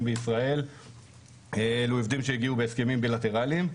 בישראל אלו עובדים שהגיעו בהסכמים בילטרליים,